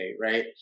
Right